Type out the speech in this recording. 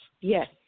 Yes